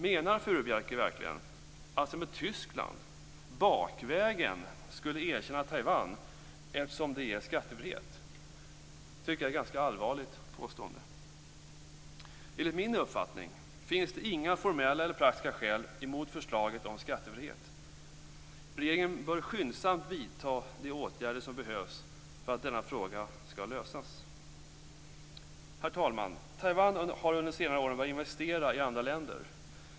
Menar Furubjelke verkligen att Tyskland bakvägen skulle erkänna Taiwan eftersom man medger skattefrihet? Det tycker jag är ett ganska allvarligt påstående. Enligt min uppfattning finns det inga formella eller praktiska hinder mot förslaget om skattefrihet. Regeringen bör skyndsamt vidta de åtgärder som behövs för att denna fråga skall lösas. Herr talman! Taiwan har under senare år börjat att investera i andra länder.